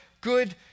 good